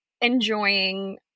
enjoying